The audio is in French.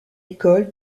école